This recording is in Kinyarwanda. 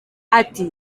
ati